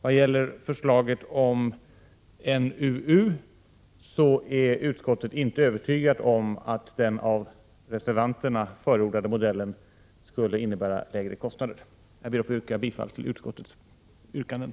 Vad gäller förslaget om nämnden för undervisningssjukhusens utbyggnad, NUU, är utskottsmajoriteten inte övertygad om att den av reservanterna förordade modellen skulle innebära lägre kostnader. Jag ber att få yrka bifall till utskottets hemställan.